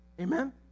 Amen